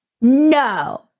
no